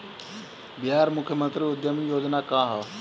बिहार मुख्यमंत्री उद्यमी योजना का है?